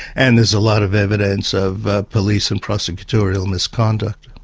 and there's a lot of evidence of police and prosecutorial misconduct.